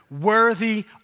worthy